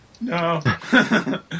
No